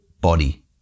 body